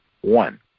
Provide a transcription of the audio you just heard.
One